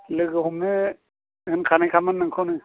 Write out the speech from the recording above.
लोगो हमनो होनखानायखामोन नोंखौनो